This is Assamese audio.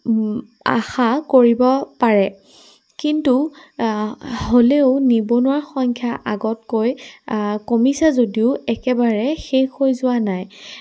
আশা কৰিব পাৰে কিন্তু হ'লেও নিবনুৱাৰ সংখ্যা আগতকৈ কমিছে যদিও একেবাৰে শেষ হৈ যোৱা নাই